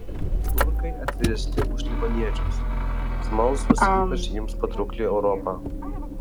turkai atviresni už libaniečius smalsūs ypač jiems patraukli europa